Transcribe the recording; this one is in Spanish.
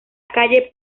calle